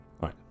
right